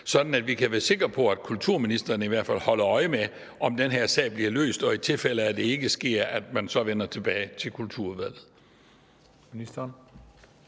sådan at vi kan være sikre på, at kulturministeren i hvert fald holder øje med, om den her sag bliver løst, og at man i tilfælde af, at det ikke sker, så vender tilbage til Kulturudvalget.